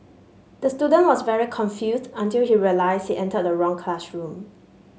the student was very confused until he realised he entered the wrong classroom